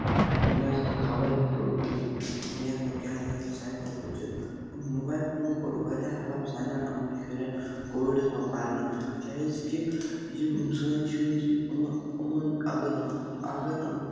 دُنیاہَس خبر ہیٚکِو وُچھِتھ دُنیاہَس منٛز کیٛاہ چھِ گژھان سایکو وٕچھِتھ موبایل فونَن کوٚر واریاہ ہیلٕپ سانٮ۪ن یِمَن شُرٮ۪ن کووِڈَس منٛز پَرنہٕ کیٛازِکہِ یِم سٲنۍ شُرۍ چھِ أمہٕ یِمَن اگر نہٕ اَگَر نہٕ أمۍ